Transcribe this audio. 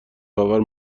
آور